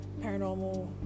paranormal